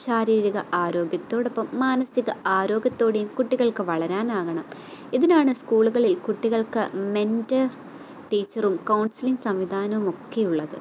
ശാരീരിക ആരോഗ്യത്തോടൊപ്പം മാനസിക ആരോഗ്യത്തോടെയും കുട്ടികൾക്ക് വളരാനാകണം ഇതിനാണ് സ്കൂളുകളിൽ കുട്ടികൾക്ക് മെൻറ്റർ ടീച്ചറും കൗൺസിലിംഗ് സംവിധാനവും ഒക്കെ ഉള്ളത്